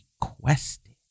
requested